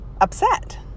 upset